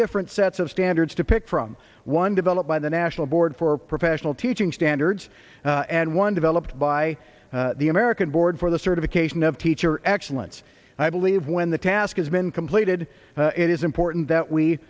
different sets of standards to pick from one developed by the national board for professional teaching standards and one developed by the american board for the certification of teacher excellence i believe when the task has been completed it is important that we